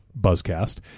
Buzzcast